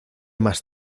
más